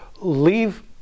leave